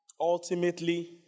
Ultimately